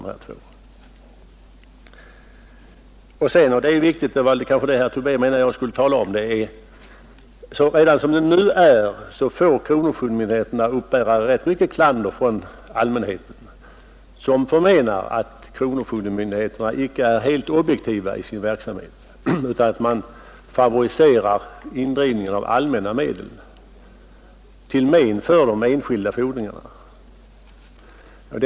Dessutom är det viktigt att påpeka att kronofogdemyndigheterna redan nu får uppbära ganska mycket klander från allmänheten, som förmenar att kronofogdemyndigheterna inte är helt objektiva i sin verksamhet — och det var kanske det herr Tobé antog att jag skulle beröra — genom att de favoriserar indrivningen av allmänna medel till men för de enskilda fordringsägarna.